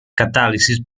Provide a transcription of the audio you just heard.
catalysis